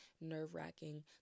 nerve-wracking